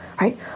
right